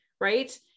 Right